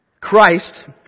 Christ